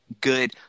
good